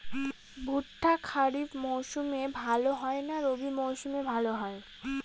ভুট্টা খরিফ মৌসুমে ভাল হয় না রবি মৌসুমে ভাল হয়?